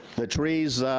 the trees, ah,